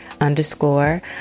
underscore